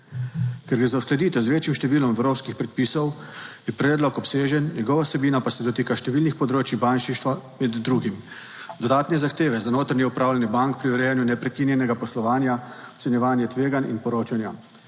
Ker gre za uskladitev z večjim številom evropskih predpisov, je predlog obsežen, njegova vsebina pa se dotika številnih področij bančništva med drugim dodatne zahteve za notranje upravljanje bank pri urejanju neprekinjenega poslovanja, ocenjevanje tveganj in poročanja.